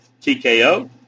TKO